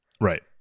Right